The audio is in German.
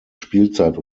spielzeit